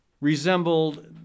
resembled